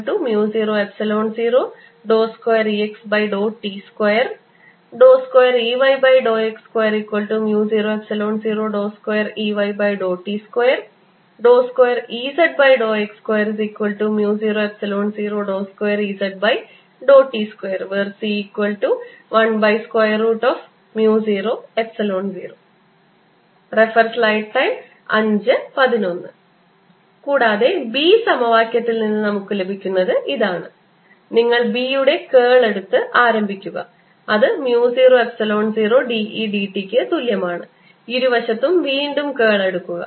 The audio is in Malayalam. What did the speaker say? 2Exx2002Ext2 2Eyx2002Eyt2 2Ezx2002Ezt2c100 കൂടാതെ B സമവാക്യത്തിൽ നമുക്ക് ലഭിക്കുന്നത് ഇതാണ് നിങ്ങൾ B യുടെ കേൾ എടുത്ത് ആരംഭിക്കുക അത് mu 0 എപ്സിലോൺ 0 dE dt ക്ക് തുല്യമാണ് ഇരുവശത്തും കേൾ എടുക്കുക